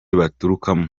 baturukamo